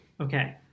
Okay